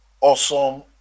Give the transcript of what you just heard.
Awesome